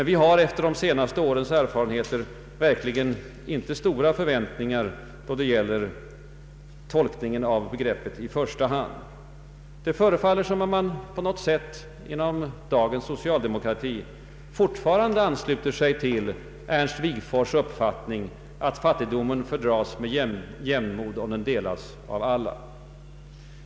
Vi har efter de senaste årens erfarenheter verkligen inte särskilt stora förväntningar härvidlag. Det förefaller som om man på något sätt inom dagens socialdemokrati fortfarande ansluter sig till Ernst Wigforss” uppfattning att fattigdomen fördras med jämnmod om den delas av alla.